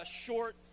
short